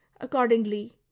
Accordingly